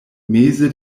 meze